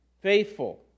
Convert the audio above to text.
faithful